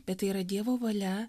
bet tai yra dievo valia